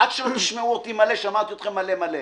עד שלא תשמעו אותי מלא, שמעתי אתכם מלא-מלא.